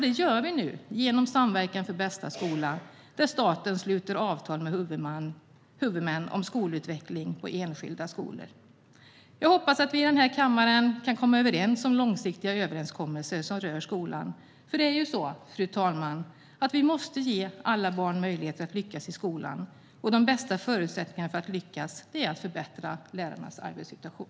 Det gör vi nu genom samverkan för bästa skola där staten sluter avtal med huvudmän om skolutveckling på enskilda skolor. Jag hoppas att vi i den här kammaren kan komma överens om långsiktiga överenskommelser som rör skolan. För det är ju så, fru talman, att vi måste ge alla barn möjligheter att lyckas i skolan, och de bästa förutsättningarna för att lyckas är att förbättra lärarnas arbetssituation.